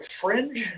fringe